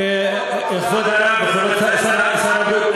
כבוד הרב וכבוד שר הבריאות,